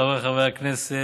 חבריי חברי הכנסת,